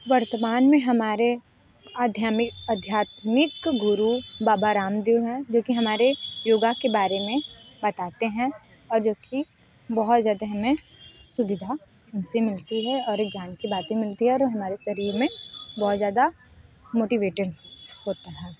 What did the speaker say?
वर्तमान में हमारे आध्यामिक आध्यात्मिक गुरु बाबा रामदेव हैं जो कि हमारे योगा के बारे में बताते हैं और जो कि बहुत ज़्यादा हमें सुविधा उन से मिलती है और एक ज्ञान की बाते मिलती है और हमारे शरीर में बहुत ज़्यादा मोटिवेटेन्स होता है